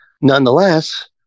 Nonetheless